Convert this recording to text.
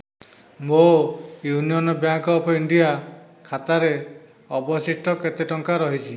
ମୋ Union Bank of India ଖାତାରେ ଅବଶିଷ୍ଟ କେତେ ଟଙ୍କା ରହିଛି